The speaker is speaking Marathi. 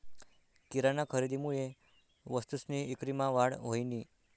किराना खरेदीमुये वस्तूसनी ईक्रीमा वाढ व्हयनी